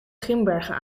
grimbergen